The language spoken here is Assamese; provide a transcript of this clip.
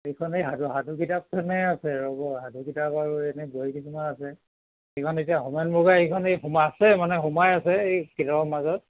সেইখন এই সাধু কিতাপখনহে আছে ৰব সাধু কিতাপ আৰু এনে কিছুমান আছে সেইখন এতিয়া হোমেন বৰগোহাই সেইখন এই সোমাই আছে মানে সোমাই আছে এই কিতাপৰ মাজত